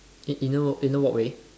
it inner walk inner walkway